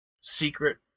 secret